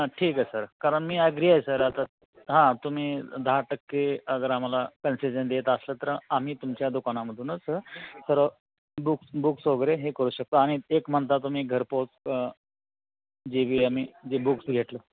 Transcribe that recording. हा ठीके आहे सर कारण मी अग्री आहे सर आता हा तुम्ही दहा टक्के जर आम्हाला कन्सेशन देत असलं तर आम्ही तुमच्या दुकानामधूनच सर्व बुक्स बुक्स वगैरे हे करू शकतो आणि एक म्हणता तुम्ही घरपोच जे बी आम्ही जे बुक्स घेतलं